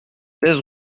seize